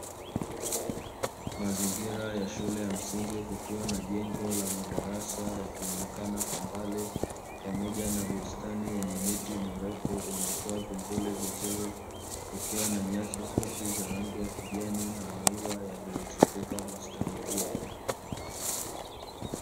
Mazingira ya shule ya msingi kukiwa na jengo la madarasa yakionekana kwa mbali, pamoja na bustani yenye miti mirefu inayotoa vivuli vizuri, kukiwa na nyasi fupi za rangi ya kijani na maua yaliyoizunguka bustani hiyo.